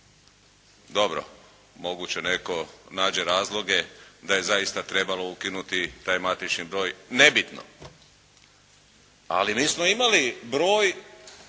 Dobro, moguće netko nađe razloge da je zaista trebalo ukinuti taj matični broj nebitno, ali mi smo imali broj